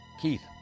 Keith